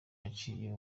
yaciye